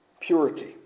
purity